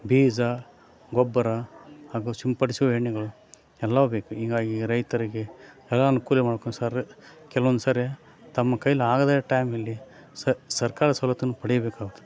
ಬೀಜ ಗೊಬ್ಬರ ಹಾಗೂ ಸಿಂಪಡಿಸುವ ಎಣ್ಣೆಗಳು ಎಲ್ಲವೂ ಬೇಕು ಹೀಗಾಗಿ ರೈತರಿಗೆ ಎಲ್ಲ ಅನುಕೂಲ ಮಾಡ್ಕೊಂಡು ಸರಿ ಕೆಲವೊಂದ್ಸರಿ ತಮ್ಮ ಕೈಯಲ್ಲಿ ಆಗದೇ ಇರೋ ಟೈಮಲ್ಲಿ ಸರ್ಕಾರ ಸವಲತ್ತನ್ನು ಪಡೀಬೇಕಾಗುತ್ತೆ